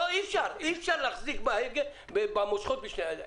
אי אפשר להחזיק במושכות בשתי הידיים.